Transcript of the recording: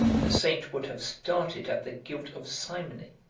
the saint would have started at the guilt of simony